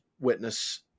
witness